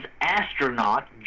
astronaut